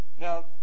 Now